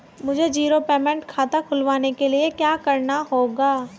मुझे zero payment खाता खुलवाने के लिए क्या करना होगा?